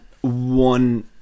one